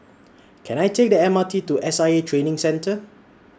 Can I Take The M R T to S I A Training Centre